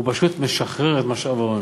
הוא פשוט משחרר את משאב ההון,